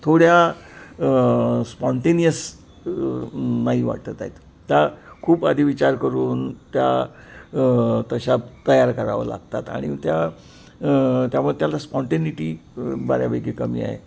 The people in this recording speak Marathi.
थोड्या स्पॉनटेनियस नाही वाटत आहेत त्या खूप आधी विचार करून त्या तशा तयार करावं लागतात आणि त्या त्यामुळे त्याला स्पॉनटेनिटी बऱ्यापैकी कमी आहे